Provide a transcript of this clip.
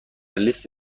لیست